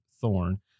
thorn